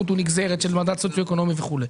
המקומית הוא נגזרת של מדד סוציו-אקונומי וכולי.